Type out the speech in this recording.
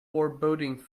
foreboding